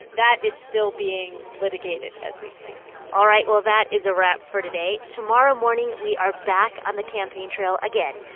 that is still being litigated as we speak all right. well, that is a wrap for today. tomorrow morning, we are back on the campaign trail again.